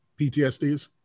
PTSDs